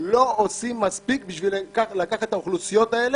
לא עושה מספיק כדי לקחת את האוכלוסיות האלה